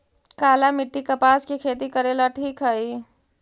काली मिट्टी, कपास के खेती करेला ठिक हइ?